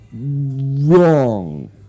wrong